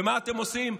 ומה אתם עושים?